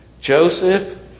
Joseph